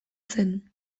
zen